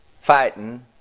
fighting